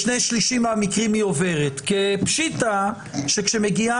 בשני-שלישים מהמקרים היא עוברת זה כי פשיטא שכשמגיעה